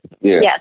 Yes